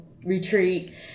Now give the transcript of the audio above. retreat